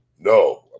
No